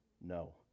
No